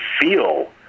feel